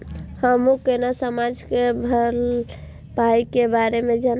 हमू केना समाज के भलाई के बारे में जानब?